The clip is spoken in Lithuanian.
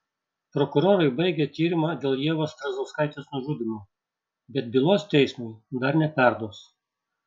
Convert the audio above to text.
prokurorai baigė tyrimą dėl ievos strazdauskaitės nužudymo bet bylos teismui dar neperduos